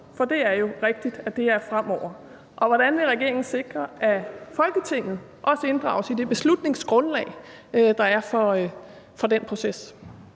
for det er jo rigtigt, at det her gælder fremover. Hvordan vil regeringen sikre, at Folketinget også inddrages i det beslutningsgrundlag, der er for den proces?